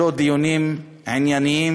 אלו לא דיונים ענייניים,